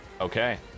Okay